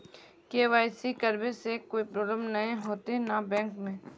KYC करबे से कोई प्रॉब्लम नय होते न बैंक में?